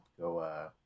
go